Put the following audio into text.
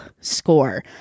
score